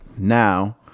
Now